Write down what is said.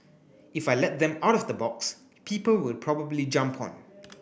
if I let them out of the box people will probably jump on